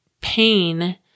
pain